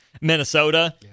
Minnesota